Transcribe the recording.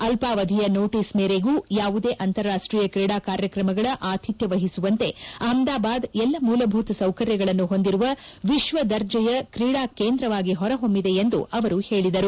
ಅಲ್ಪಾವಧಿಯ ನೋಟೀಸ್ ಮೇರೆಗೂ ಯಾವುದೇ ಅಂತಾರಾಷ್ತೀಯ ಕ್ರೀಡಾ ಕಾರ್ಯಕ್ರಮಗಳ ಆತಿಥ್ಯ ವಹಿಸುವಂತೆ ಅಹ್ಮದಾಬಾದ್ ಎಲ್ಲ ಮೂಲಭೂತ ಸೌಕರ್ಯಗಳನು ಹೊಂದಿರುವ ವಿಶ್ವದರ್ಜೆಯ ಕ್ರೀಡಾ ಕೇಂದ್ರವಾಗಿ ಹೊರಹೊಮ್ಮಿದೆ ಎಂದು ಹೇಳಿದರು